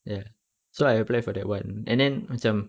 ya so I applied for that one and then macam